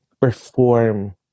perform